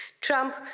Trump